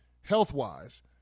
health-wise